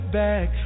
back